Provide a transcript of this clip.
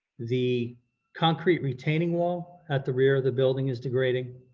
the concrete retaining wall at the rear of the building is degrading,